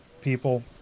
people